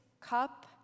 cup